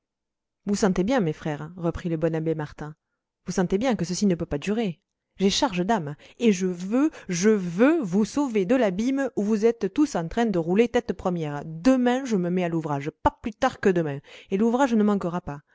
vous sentez bien mes frères reprit le bon abbé martin vous sentez bien que ceci ne peut pas durer j'ai charge d'âmes et je veux je veux vous sauver de l'abîme où vous êtes tous en train de rouler tête première demain je me mets à l'ouvrage pas plus tard que demain et l'ouvrage ne manquera pas